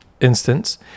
instance